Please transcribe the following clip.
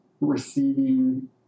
receiving